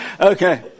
Okay